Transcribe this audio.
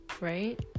right